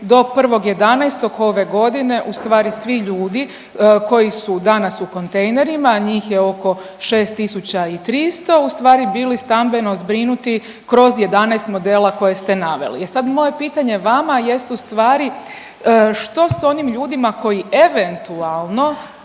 do 1.11. ove godine ustvari svi ljudi koji su danas u kontejnerima, a njih oko 6.300 ustvari bili stambeno zbrinuti kroz 11 modela koje ste naveli. E sad moje pitanje vama jest ustvari što s onim ljudima koji eventualno